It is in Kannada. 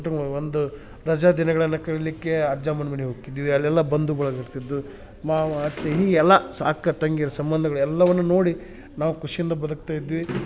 ಕುಟುಂಬ ಒಂದು ರಜಾ ದಿನಗಳನ್ನ ಕಳಿಲಿಕ್ಕೆ ಅಜ್ಜಮ್ಮನ ಮನೆಗೆ ಹೊಕ್ಕಿದ್ವಿ ಅಲ್ಲೆಲ್ಲ ಬಂದು ಬಳಗ ಇರ್ತಿದ್ದು ಮಾವ ಅತ್ತೆ ಹೀಗೆ ಎಲ್ಲಾ ಅಕ್ಕ ತಂಗಿಯರ ಸಂಬಂಧಗಳು ಎಲ್ಲವನ್ನು ನೋಡಿ ನಾವು ಖುಷಿಯಿಂದ ಬದುಕ್ತಾ ಇದ್ವಿ